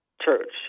church